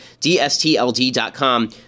DSTLD.com